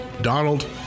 Donald